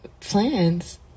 plans